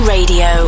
Radio